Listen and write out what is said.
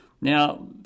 Now